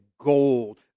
gold